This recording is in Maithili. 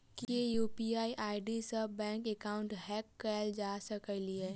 की यु.पी.आई आई.डी सऽ बैंक एकाउंट हैक कैल जा सकलिये?